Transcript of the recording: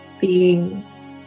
beings